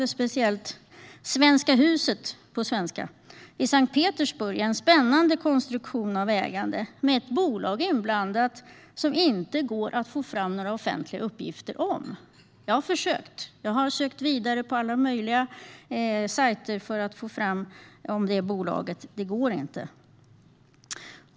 Särskilt Svenska huset i Sankt Petersburg är en spännande konstruktion av ägande med ett bolag inblandat som det inte går att få fram några offentliga uppgifter om. Jag har försökt; jag har sökt på alla möjliga sajter för att få fram något om det bolaget. Det går inte.